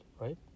right